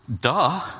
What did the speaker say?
duh